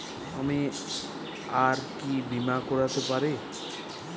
আমি আর কি বীমা করাতে পারি?